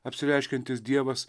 apsireiškiantis dievas